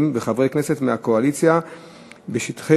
2665, 2673, 2704, 2684